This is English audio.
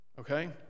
Okay